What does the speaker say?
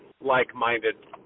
like-minded